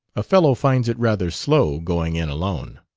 a fellow finds it rather slow, going in alone.